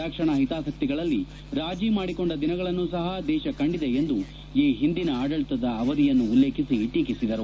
ರಕ್ಷಣಾ ಹಿತಾಸಕ್ತಿಗಳಲ್ಲಿ ರಾಜೀ ಮಾಡಿಕೊಂಡ ದಿನಗಳನ್ನು ಸಹ ದೇಶ ಕಂಡಿದೆ ಎಂದು ಈ ಹಿಂದಿನ ಆಡಳಿತದ ಅವಧಿಯನ್ನು ಉಲ್ಲೇಖಿಸಿ ಟೀಕಿಸಿದರು